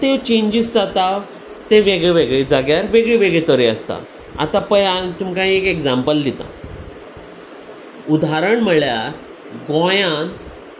त्यो चेंजीस जाता ते वेगळे वेगळे जाग्यार वेगळी वेगळे तरे आसता आतां पळयान तुमकां एक एग्जांपल दिता उदाहारण म्हळ्यार गोंयांत